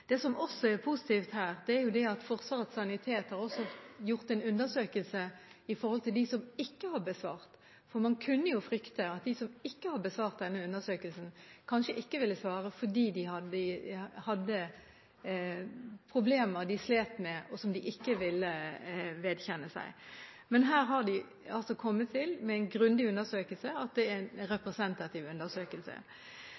Det som også er positivt her, er at Forsvarets sanitet også har gjort en undersøkelse med tanke på dem som ikke har besvart – for man kunne jo frykte at de som ikke har besvart denne undersøkelsen, kanskje ikke ville svare fordi de hadde problemer de slet med, og som de ikke ville vedkjenne seg. Men her har de altså kommet til at denne grundige undersøkelsen er en representativ undersøkelse. Det er